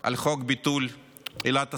על חוק ביטול עילת הסבירות.